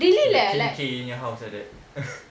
like kim K punya house like that